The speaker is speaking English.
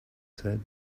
said